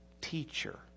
teacher